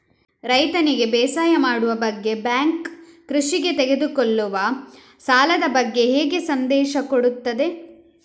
ರೈತನಿಗೆ ಬೇಸಾಯ ಮಾಡುವ ಬಗ್ಗೆ ಬ್ಯಾಂಕ್ ಕೃಷಿಗೆ ತೆಗೆದುಕೊಳ್ಳುವ ಸಾಲದ ಬಗ್ಗೆ ಹೇಗೆ ಸಂದೇಶ ಕೊಡುತ್ತದೆ?